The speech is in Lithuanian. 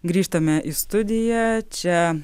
grįžtame į studiją čia